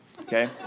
Okay